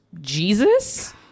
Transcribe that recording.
Jesus